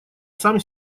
сам